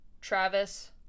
Travis